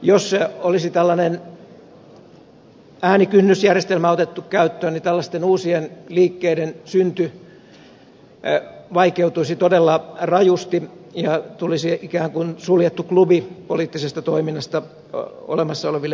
jos olisi tällainen äänikynnysjärjestelmä otettu käyttöön niin tällaisten uusien liikkeiden synty vaikeutuisi todella rajusti ja poliittisesta toiminnasta tulisi ikään kuin suljettu klubi olemassa oleville puolueille